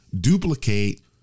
duplicate